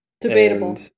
Debatable